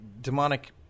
demonic –